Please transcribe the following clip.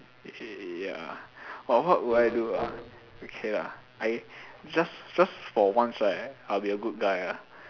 okay ya but what will I do ah okay lah I just just for once right I will be a good guy ah